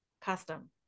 custom